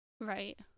Right